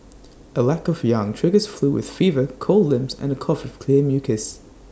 A lack of yang triggers flu with fever cold limbs and A cough with clear mucus